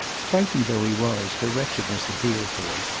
frightened though he was, her wretchedness appealed to him.